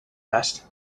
asked